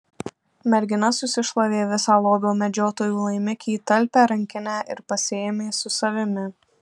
mergina susišlavė visą lobio medžiotojų laimikį į talpią rankinę ir pasiėmė su savimi